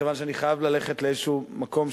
מכיוון שאני חייב ללכת לאיזה מקום.